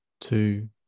two